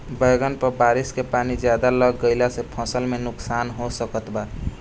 बैंगन पर बारिश के पानी ज्यादा लग गईला से फसल में का नुकसान हो सकत बा?